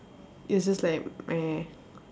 it's just like my